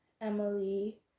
Emily